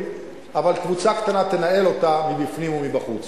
אבל קבוצה קטנה תנהל אותה מבפנים ובחוץ.